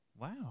Wow